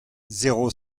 zéro